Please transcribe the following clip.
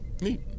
Neat